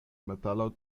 metalo